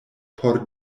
por